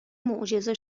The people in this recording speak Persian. معجزه